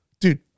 Dude